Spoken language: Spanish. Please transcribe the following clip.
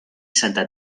santa